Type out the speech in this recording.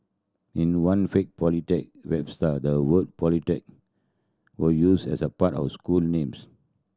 in one fake polytechnic website the word Polytechnics was used as part of school names